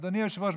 אדוני היושב-ראש,